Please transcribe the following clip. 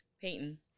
Payton